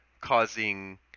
causing